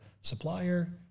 supplier